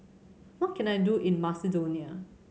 what can I do in Macedonia